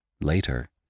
Later